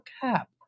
cap